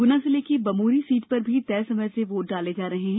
गुना जिले की बमोरी सीट पर भी तय समय से वोट डाले जा रहे हैं